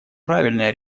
правильное